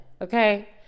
Okay